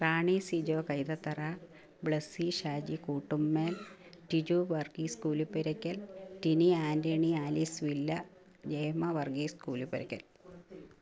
Rani Sijo Kaithathara Blessy Shaji Koottummel Tiju Varghese Koolupperakkal Tini Antony Alice villa Jayamma Varghese Koolupperakkal